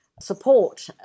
support